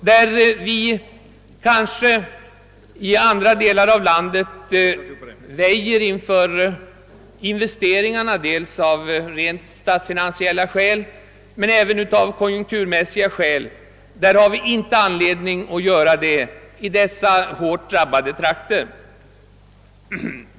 I de fall då man i andra delar av landet väjer för investeringar dels av rent statsfinansiella skäl, dels av konjunkturmässiga skäl, har vi inte anledning att göra det i dessa hårt drabbade trakter.